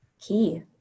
key